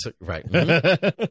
right